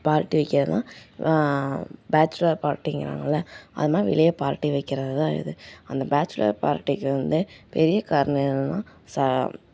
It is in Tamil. பார்ட்டி வைக்கிறது தான் பேச்சுலர் பார்ட்டிங்கிறாங்கல்ல அதை மாதிரி வெளியே பார்ட்டி வைக்கிறது தான் இது அந்த பேச்சுலர் பார்ட்டிக்கு வந்து பெரிய காரணம் என்னென்னால் சா